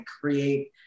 create